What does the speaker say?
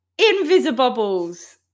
Invisibubbles